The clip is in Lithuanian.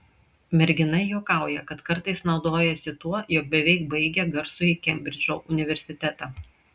mergina juokauja kad kartais naudojasi tuo jog beveik baigė garsųjį kembridžo universitetą